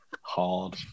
Hard